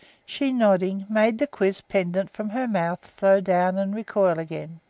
she, nodding, made the quiz pendent from her mouth flow down and recoil again.